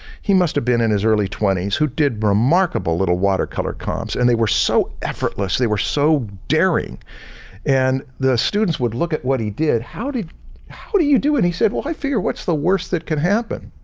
he must have been in his early twenty s who did remarkable little watercolor comps and they were so effortless, they were so daring and the students would look at what he did, how did how do you do it? and he said well, i figure what's the worst that can happen?